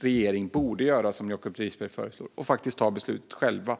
Regeringen borde göra som Jacob Risberg föreslår och faktiskt ta beslutet själv i stället